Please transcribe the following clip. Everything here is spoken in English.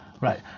Right